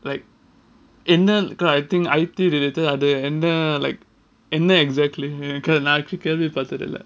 like என்ன:enna I think I_T related அது எந்த:adhu endha like என்ன:enna exactly நான் இதுவரைக்கும் கேள்வி பட்டது இல்ல:nan idhuvaraikum kelvi patathilla